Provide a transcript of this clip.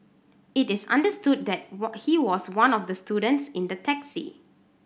it is understood that he was one of the students in the taxi